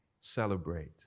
celebrate